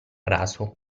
raso